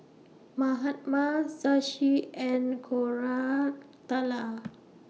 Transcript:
Mahatma Shashi and Koratala